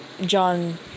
John